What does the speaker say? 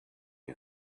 you